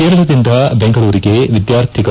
ಕೇರಳದಿಂದ ಬೆಂಗಳೂರಿಗೆ ವಿದ್ವಾರ್ಥಿಗಳು